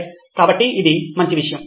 సరే కాబట్టి ఇది మంచి విషయం